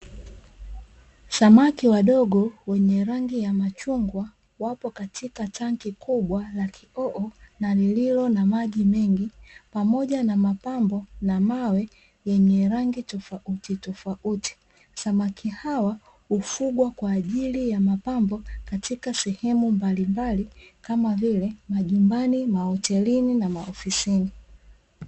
Samaki wadogo wenye rangi ya machungwa wapo katika tanki kubwa la kioo na lililo na maji mengi, pamoja na mapambo na mawe yenye rangi tofautitofauti, samaki hawa hufugwa kwa ajili ya mapambo katika sehemu mbalimbali, kama vile; majumbani, mahotelini na maofisini.